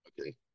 Okay